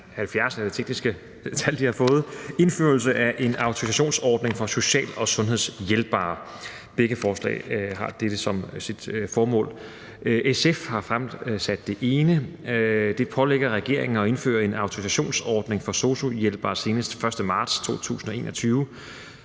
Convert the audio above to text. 73 – det er så de numre, de har fået – om indførelse af en autorisationsordning for social- og sundhedshjælpere. Begge forslag har dette som sit formål. SF har fremsat det ene, som pålægger regeringen at indføre en autorisationsordning for sosu-hjælpere senest den 1. marts 2021,